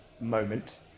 moment